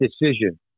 decision